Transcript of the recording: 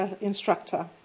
instructor